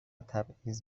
تبعیض